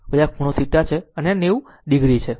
પછી આ ખૂણો પણ θ છે અને આ 90 ડિગ્રી છે